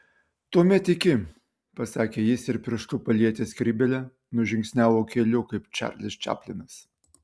tuomet iki pasakė jis ir pirštu palietęs skrybėlę nužingsniavo keliu kaip čarlis čaplinas